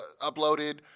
uploaded